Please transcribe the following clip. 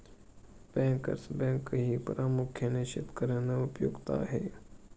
bankers बँकही प्रामुख्याने शेतकर्यांना उपयुक्त आहे